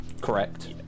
correct